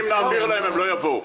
הם לא יבואו.